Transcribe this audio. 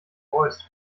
voice